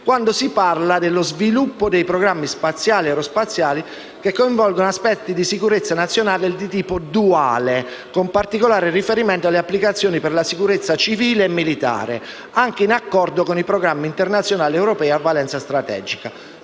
quando si parla dello «sviluppo dei programmi spaziali e aerospaziali che coinvolgono aspetti di sicurezza nazionale e di tipo duale, con particolare riferimento alle applicazioni per la sicurezza civile e militare, anche in accordo con i programmi internazionali ed europei a valenza strategica».